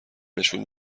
نشون